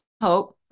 hope